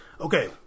Okay